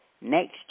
next